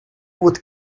would